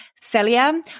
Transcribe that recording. Celia